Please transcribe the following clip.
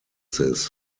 this